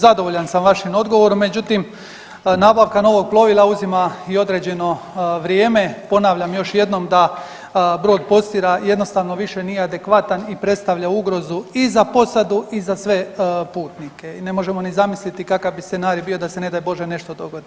Zadovoljan sam vašim odgovorom, međutim nabavka novog plovila uzima i određeno vrijeme, ponavljam još jednom da brod Postira jednostavno više nije adekvatan i predstavlja ugrozu i za posadu i za sve putnike i ne možemo ni zamisliti kakav bi scenarij bio da se ne daj bože nešto dogodi.